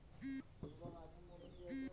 सोनार बिस्कुट लोग पुरना जमानात लीछीले